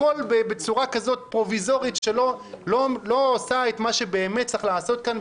הכול בצורה פרוביזורית שלא עושה את מה שבאמת צריך לעשות כאן,